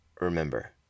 Remember